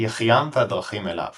יחיעם והדרכים אליו